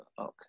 Okay